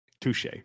Touche